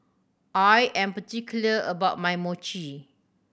I am particular about my Mochi